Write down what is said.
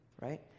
right